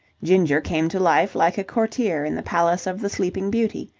ginger came to life like a courtier in the palace of the sleeping beauty.